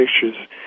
Pictures